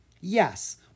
Yes